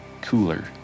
Cooler